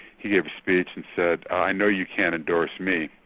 he gave a speech and said, i know you can't endorse me,